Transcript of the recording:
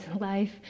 life